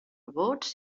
bots